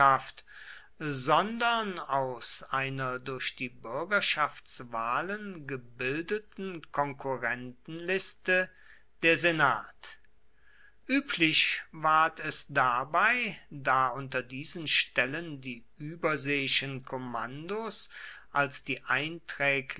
sondern aus einer durch die bürgerschaftswahlen gebildeten konkurrentenliste der senat üblich ward es dabei da unter diesen stellen die überseeischen kommandos als die